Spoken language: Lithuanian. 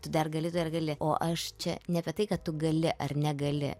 tu dar gali dar gali o aš čia ne apie tai kad tu gali ar negali